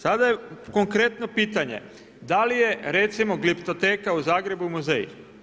Sada je konkretno pitanje, da li je recimo, gliptoteka u Zagrebu muzej?